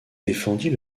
défendit